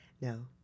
No